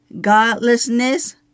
godlessness